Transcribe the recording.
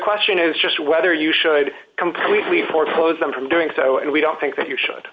question is just whether you should completely foreclose them from doing so and we don't think that you should